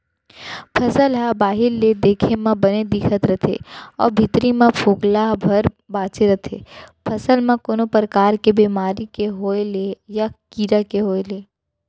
फसल ह बाहिर ले देखे म बने दिखत रथे अउ भीतरी म फोकला भर बांचे रथे फसल म कोनो परकार के बेमारी के होय ले या कीरा के होय ले